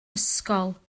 ysgol